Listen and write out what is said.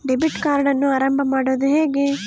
Debit ಕಾರ್ಡನ್ನು ಆರಂಭ ಮಾಡೋದು ಹೇಗೆ?